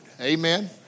Amen